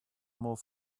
more